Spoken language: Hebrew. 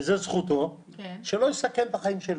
וזו זכותו, שלא יסכן את החיים שלי.